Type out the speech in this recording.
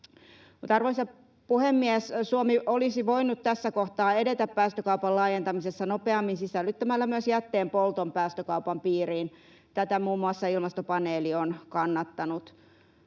arvoisa puhemies, Suomi olisi voinut tässä kohtaa edetä päästökaupan laajentamisessa nopeammin sisällyttämällä myös jätteenpolton päästökaupan piiriin. Tätä muun muassa Ilmastopaneeli on kannattanut.